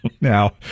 Now